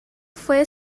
fue